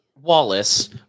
Wallace